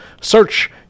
Search